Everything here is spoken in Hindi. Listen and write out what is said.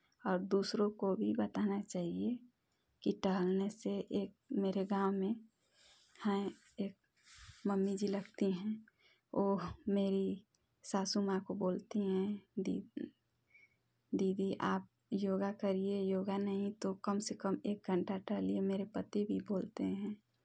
और दूसरों को भी बताना चाहिए कि टहलने से एक मेरे गाँव में हैं एक मम्मी जी लगती हैं ओह मेरी सासू माँ को बोलती हैं दी दीदी आप योगा करिए योगा नहीं तो कम से कम एक घंटा टहलिए मेरे पति भी बोलते हैं